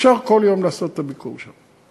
אפשר כל יום לעשות את הביקור שם,